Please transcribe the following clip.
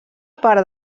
part